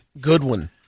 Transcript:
Goodwin